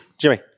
Jimmy